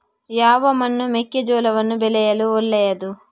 ಯಾವ ಮಣ್ಣು ಮೆಕ್ಕೆಜೋಳವನ್ನು ಬೆಳೆಯಲು ಒಳ್ಳೆಯದು?